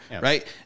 right